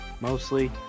Mostly